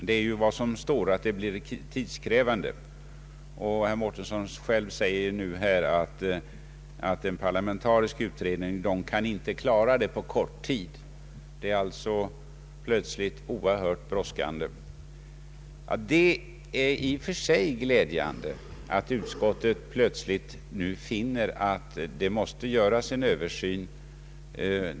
Det är ju vad som ligger bakom att det blir tidskrävande. Herr Mårtensson säger själv att en parlamentarisk utredning inte kan klara detta på kort tid. Saken är alltså plötsligt oerhört brådskande. Det är i och för sig glädjande att utskottet nu funnit att det måste göras en Översyn.